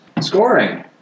Scoring